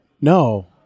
No